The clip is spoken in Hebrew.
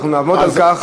ואנחנו נעמוד על כך,